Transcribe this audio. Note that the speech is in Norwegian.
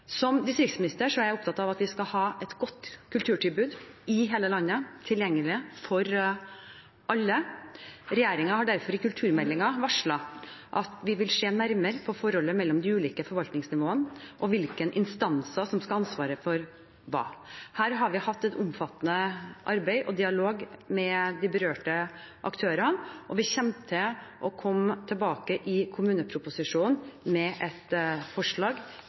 Som distriktsminister er jeg opptatt av at vi skal ha et godt kulturtilbud i hele landet, tilgjengelig for alle. Regjeringen har derfor i kulturmeldingen varslet at vi vil se nærmere på forholdet mellom de ulike forvaltningsnivåene og hvilke instanser som skal ha ansvaret for hva. Her har vi hatt et omfattende arbeid og dialog med de berørte aktørene, og vi kommer til å komme tilbake i kommuneproposisjonen med et forslag